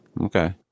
Okay